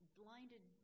blinded